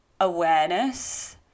awareness